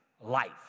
life